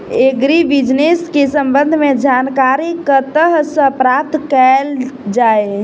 Agri business केँ संबंध मे जानकारी कतह सऽ प्राप्त कैल जाए?